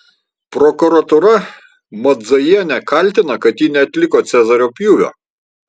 prokuratūra madzajienę kaltina kad ji neatliko cezario pjūvio